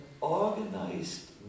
organized